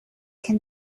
can